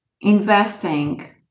investing